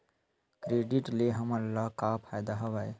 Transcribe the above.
Credit ले हमन ला का फ़ायदा हवय?